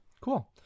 Cool